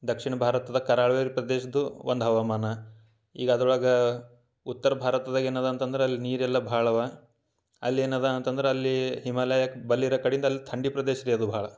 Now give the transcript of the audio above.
ದಕ್ಷಿಣ ಭಾರತದಾಗ ಕರಾವಳಿ ಪ್ರದೇಶದ್ದು ಒಂದು ಹವಾಮಾನ ಈಗ ಅದ್ರೊಳಗೆ ಉತ್ತರ ಭಾರತದಾಗ ಏನು ಅದಾ ಅಂತಂದ್ರೆ ಅಲ್ಲಿ ನೀರೆಲ್ಲ ಭಾಳ ಅವು ಅಲ್ಲಿ ಏನು ಅದ ಅಂತಂದ್ರೆ ಅಲ್ಲಿ ಹಿಮಾಲಯ ಬಳಿ ಇರೋ ಕಡಿಂದು ಅಲ್ಲಿ ಥಂಡಿ ಪ್ರದೇಶ ರೀ ಅದು ಬಹಳ